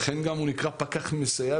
לכן גם הוא נקרא פקח מסייע,